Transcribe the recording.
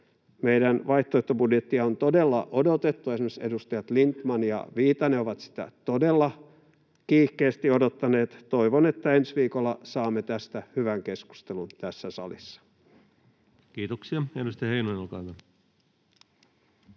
Meidän vaihtoehtobudjettiamme on todella odotettu, esimerkiksi edustajat Lindtman ja Viitanen ovat sitä todella kiihkeästi odottaneet. Toivon, että ensi viikolla saamme tästä hyvän keskustelun tässä salissa. Kiitoksia. — Edustaja Heinonen, olkaa hyvä.